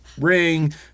ring